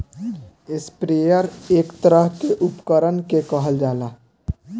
sprayer एक तरह के उपकरण के कहल जाला